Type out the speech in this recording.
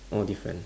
oh different